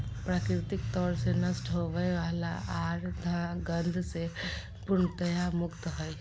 प्राकृतिक तौर से नष्ट होवय वला आर गंध से पूर्णतया मुक्त हइ